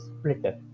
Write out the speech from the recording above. splitter